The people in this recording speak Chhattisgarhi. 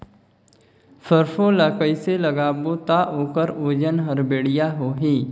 सरसो ला कइसे लगाबो ता ओकर ओजन हर बेडिया होही?